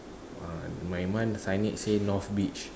uh my one signage say north beach